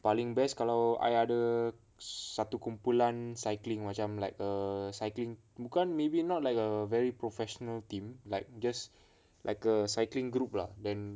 paling best kalau I ada satu kumpulan cycling macam like a cycling bukan maybe not like a very professional team like just like a cycling group lah then